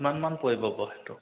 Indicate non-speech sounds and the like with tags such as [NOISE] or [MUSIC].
কিমানমান পৰিব [UNINTELLIGIBLE]